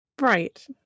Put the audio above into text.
right